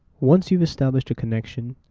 once you've established a connection,